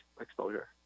exposure